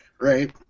Right